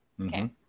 Okay